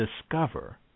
discover